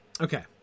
Okay